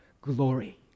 glory